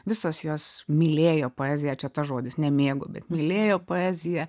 visos jos mylėjo poeziją čia tas žodis ne mėgo bet mylėjo poeziją